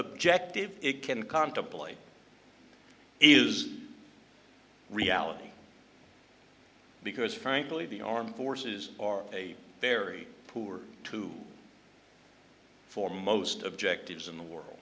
objective it can contemplate is reality because frankly the armed forces are a very poor too for most objective in the world